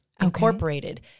Incorporated